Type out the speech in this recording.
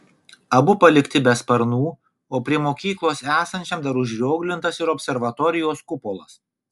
abu palikti be sparnų o prie mokyklos esančiam dar užrioglintas ir observatorijos kupolas